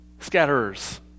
scatterers